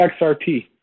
XRP